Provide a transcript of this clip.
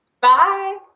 Bye